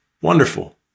Wonderful